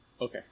Okay